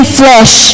flesh